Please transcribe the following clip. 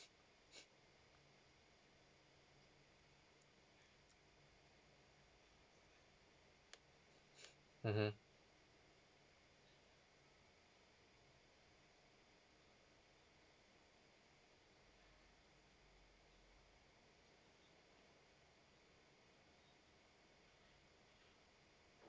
mmhmm